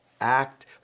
act